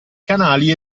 canali